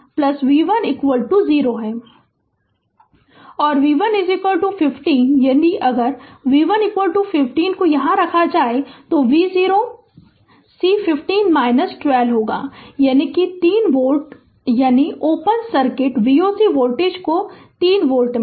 Refer Slide Time 2547 और V 1 15 volt यानी अगर V 1 15 को यहाँ रखा जाए तो वी ० सी १५ १२ होगा यानी आर ३ वोल्ट यानी open circuit V o c voltage को 3 वोल्ट मिला